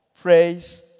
Praise